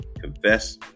Confess